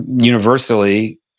universally